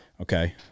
Okay